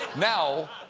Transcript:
now,